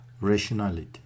rationality